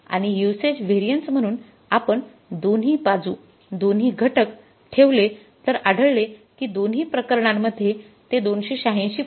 आणि usage variance म्हणून आपण दोन्ही बाजू दोन्ही घटक ठेवले तर आढळले की दोन्ही प्रकरणांमध्ये ते २८६